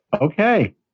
Okay